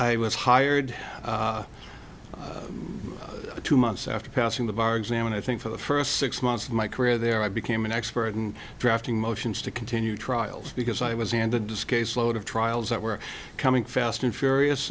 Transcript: i was hired two months after passing the bar exam and i think for the first six months of my career there i became an expert in drafting motions to continue trials because i was and the disk a slowed of trials that were coming fast and furious